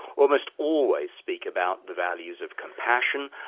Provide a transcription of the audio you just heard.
almost always speak about the values of compassion,